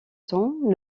temps